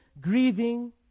grieving